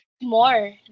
more